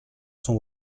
son